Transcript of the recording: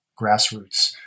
grassroots